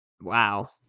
Wow